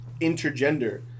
intergender